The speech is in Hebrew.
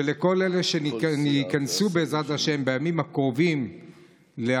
לכל אלה שייכנסו בעזרת השם בימים הקרובים לכנסת,